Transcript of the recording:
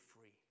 free